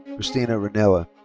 cristina rinella.